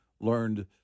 learned